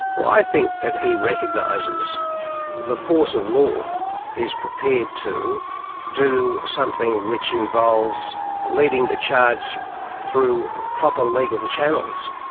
well, i think that he recognises the force of law is prepared to do something which involves leading the charge through proper legal channels.